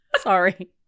Sorry